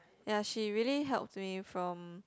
ya she really helps me from